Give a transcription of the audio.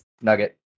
Nugget